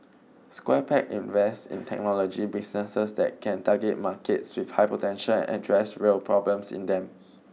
Square Peg invests in technology businesses that can target markets with high potential and address real problems in them